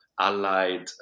allied